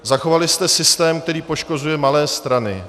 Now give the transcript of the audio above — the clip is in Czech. Zachovali jste systém, který poškozuje malé strany.